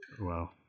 Wow